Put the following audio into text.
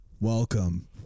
Welcome